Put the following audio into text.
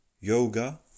yoga